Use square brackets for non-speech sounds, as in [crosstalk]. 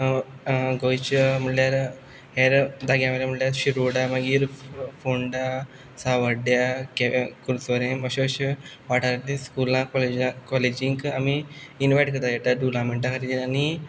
गोंयच्या म्हणल्यार हेर जाग्यावयले म्हणल्यार शिरोडा मागीर फोंडा सावड्ड्यां [unintelligible] कुर्चोरेम अशें अशें वाठारांनी स्कुलांक [unintelligible] कॉलेजींक आमी इन्वायट करतात त्या टोर्नमेंटा खातीर आनी